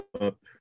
up